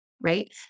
right